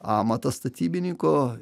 amatą statybininko